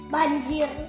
Banjir